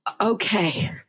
Okay